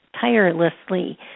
tirelessly